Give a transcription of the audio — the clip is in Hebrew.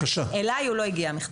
אליי לא הגיע המכתב.